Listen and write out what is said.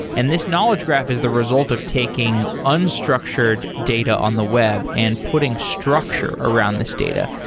and this knowledge graph is the result of taking unstructured data on the web and putting structure around this data.